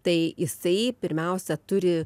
tai jisai pirmiausia turi